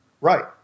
Right